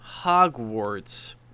Hogwarts